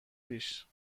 پیش